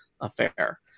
affair